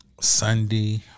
Sunday